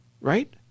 right